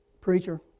preacher